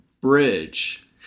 bridge